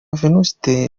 venuste